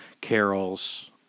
Carol's